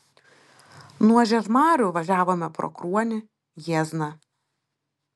nuo žiežmarių važiavome pro kruonį jiezną